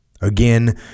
Again